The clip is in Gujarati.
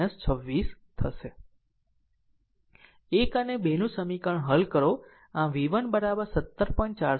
1 અને 2 નું સમીકરણ હલ કરો આમ v1 17